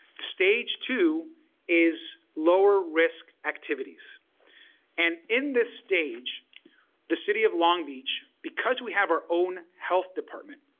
stage two is lower risk activities and in this stage the city of long beach because we have our own health department